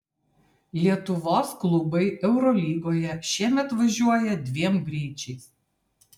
lietuvos klubai eurolygoje šiemet važiuoja dviem greičiais